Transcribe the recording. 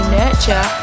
nurture